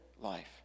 life